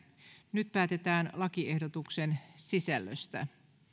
nyt päätetään lakiehdotuksen sisällöstä